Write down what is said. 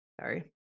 sorry